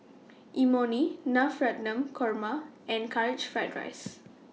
Imoni Korma and Karaage Fried